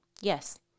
Yes